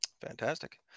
Fantastic